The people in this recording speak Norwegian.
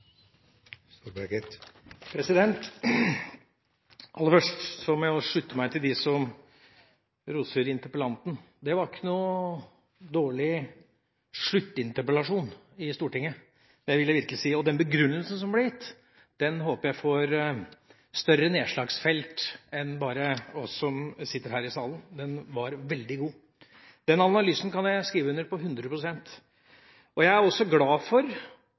det vil jeg virkelig si. Den begrunnelsen som ble gitt, håper jeg får større nedslagsfelt enn bare oss som sitter her i salen – den var veldig god. Den analysen kan jeg skrive under på – hundre prosent! Jeg er også glad for